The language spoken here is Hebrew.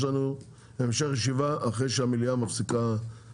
יש לנו המשך ישיבה אחרי שהמליאה מפסיקה,